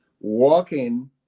walking